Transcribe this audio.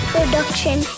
Production